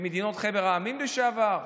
במדינות חבר העמים לשעבר.